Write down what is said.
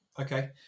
Okay